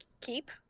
keep